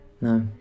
No